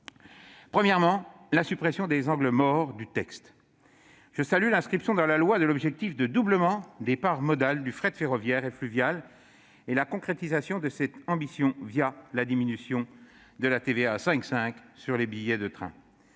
Premièrement, supprimer les angles morts du texte. Je salue l'inscription dans le projet de loi de l'objectif de doublement des parts modales du fret ferroviaire et fluvial et la concrétisation de cette ambition la diminution de la TVA à 5,5 % sur les billets de train.